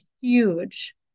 huge